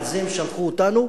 על זה הם שלחו אותנו,